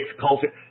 culture